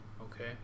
Okay